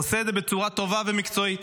עושה את זה בצורה טובה ומקצועית.